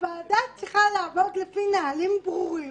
הוועדה צריכה לעבוד לפי נהלים ברורים